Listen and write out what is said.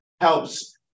helps